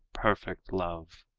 perfect love!